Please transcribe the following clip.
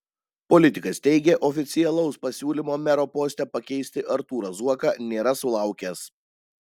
politikas teigė oficialaus pasiūlymo mero poste pakeisti artūrą zuoką nėra sulaukęs